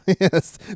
Yes